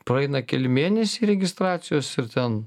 praeina keli mėnesiai registracijos ir ten